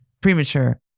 premature